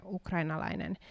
ukrainalainen